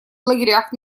лагерях